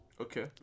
Okay